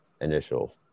initial